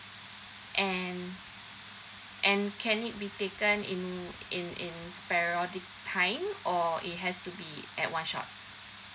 and and can it be taken in in in priority time or it has to be at one shot